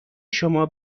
شما